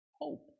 hope